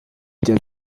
der